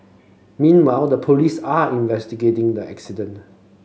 meanwhile the police are investigating the accident